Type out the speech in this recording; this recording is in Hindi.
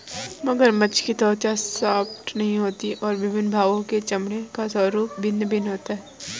मगरमच्छ की त्वचा सपाट नहीं होती और विभिन्न भागों के चमड़े का स्वरूप भिन्न भिन्न होता है